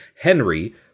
Henry